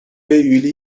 üyeliği